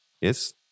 Yes